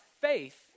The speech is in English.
faith